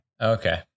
Okay